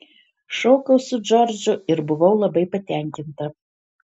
šokau su džordžu ir buvau labai patenkinta